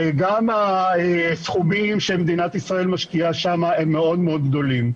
וגם הסכומים שמדינת ישראל משקיעה שם הם מאוד מאוד גדולים.